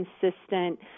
consistent